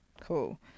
Cool